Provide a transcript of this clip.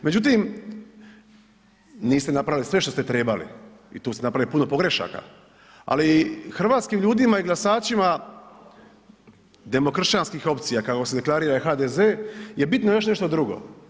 Međutim, niste napravili sve što ste trebali i tu ste napravili puno pogrešaka, ali hrvatskim ljudima i glasačima demokršćanskih opcija kako se deklarira i HDZ je bitno još nešto drugo.